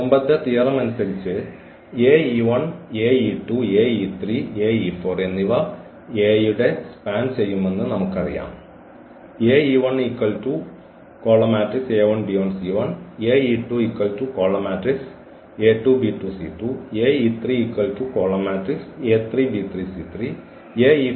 മുമ്പത്തെ തിയറമനുസരിച്ച് എന്നിവ A യുടെ സ്പാൻ ചെയ്യുമെന്ന് നമുക്കറിയാം